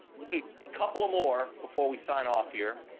we'll do a couple of more before we sign off here.